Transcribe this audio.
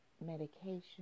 medication